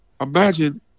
Imagine